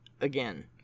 Again